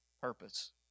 purpose